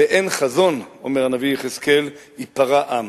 "באין חזון", אומר הנביא יחזקאל, "יפרע עם".